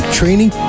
training